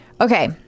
okay